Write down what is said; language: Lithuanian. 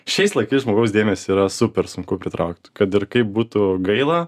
šiais laikais žmogaus dėmesį yra super sunku pritraukt kad ir kaip būtų gaila